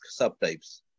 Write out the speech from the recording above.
subtypes